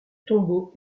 tombeaux